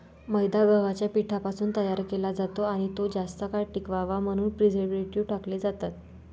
मैदा गव्हाच्या पिठापासून तयार केला जातो आणि तो जास्त काळ टिकावा म्हणून प्रिझर्व्हेटिव्ह टाकले जातात